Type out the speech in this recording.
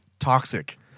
Toxic